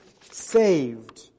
saved